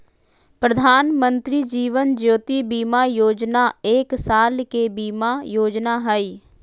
प्रधानमंत्री जीवन ज्योति बीमा योजना एक साल के बीमा योजना हइ